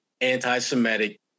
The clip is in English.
anti-Semitic